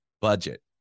budget